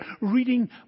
reading